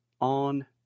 on